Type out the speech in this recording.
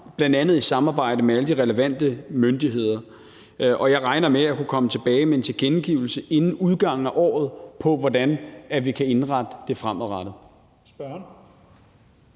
bl.a. i samarbejde med alle de relevante myndigheder. Og jeg regner med at kunne komme tilbage med en tilkendegivelse inden udgangen af året af, hvordan vi kan indrette det fremadrettet.